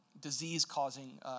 disease-causing